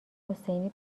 حسینی